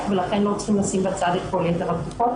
ולכן לא צריך לשים בצד את כל יתר הבדיקות,